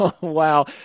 Wow